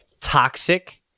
Toxic